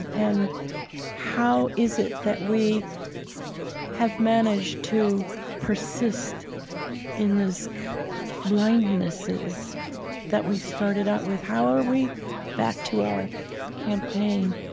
and how is it that we have managed to persist in the blindnesses that we started out with? how are we back to our campaign?